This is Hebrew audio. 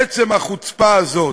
עצם החוצפה הזאת,